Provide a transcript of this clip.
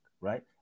right